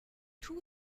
two